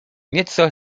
nieco